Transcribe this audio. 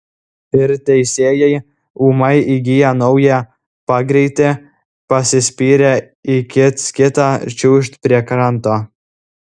ir teisėjai ūmai įgiję naują pagreitį pasispyrę į kits kitą čiūžt prie kranto